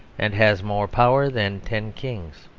and has more power than ten kings.